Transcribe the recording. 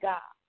God